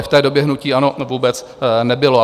V té době hnutí ANO vůbec nebylo.